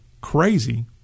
crazy